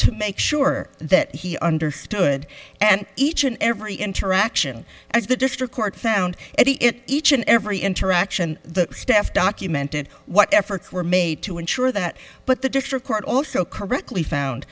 to make sure that he understood and each and every interaction as the district court found it each and every interaction the staff documented what efforts were made to ensure that but the district court also correctly found